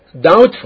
doubtful